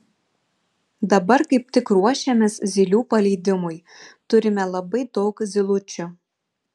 dabar kaip tik ruošiamės zylių paleidimui turime labai daug zylučių